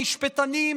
המשפטנים,